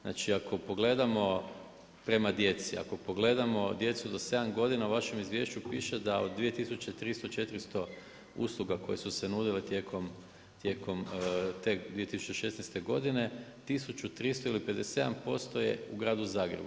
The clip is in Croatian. Znači ako pogledamo prema djeci, ako pogledamo djecu do 7 godina, u važem izvješću piše da od 2300, 400 usluga koje su se nudile tijekom te 2016. godine, 1300 ili 57% je u gradu Zagrebu.